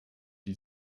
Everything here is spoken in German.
die